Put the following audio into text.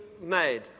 made